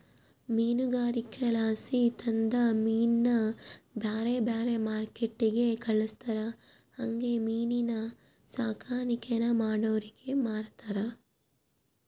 ಮೀನುಗಾರಿಕೆಲಾಸಿ ತಂದ ಮೀನ್ನ ಬ್ಯಾರೆ ಬ್ಯಾರೆ ಮಾರ್ಕೆಟ್ಟಿಗೆ ಕಳಿಸ್ತಾರ ಹಂಗೆ ಮೀನಿನ್ ಸಾಕಾಣಿಕೇನ ಮಾಡೋರಿಗೆ ಮಾರ್ತಾರ